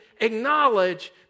acknowledge